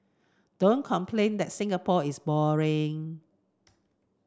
don't complain that Singapore is boring